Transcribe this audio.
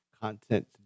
content